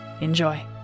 Enjoy